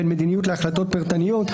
בין מדיניות להחלטות פרטניות,